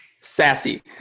Sassy